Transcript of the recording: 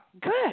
Good